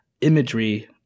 imagery